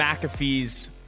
McAfee's